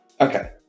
Okay